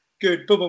Good